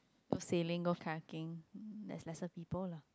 go sealing go cracking there's lesser people lah